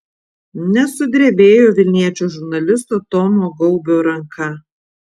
nesudrebėjo vilniečio žurnalisto tomo gaubio ranka